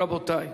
רבותי,